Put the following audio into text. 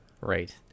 Right